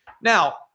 Now